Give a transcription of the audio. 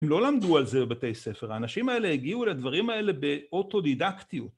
הם לא למדו על זה בבתי ספר, האנשים האלה הגיעו לדברים האלה באוטודידקטיות.